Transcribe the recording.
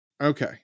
okay